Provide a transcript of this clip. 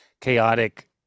chaotic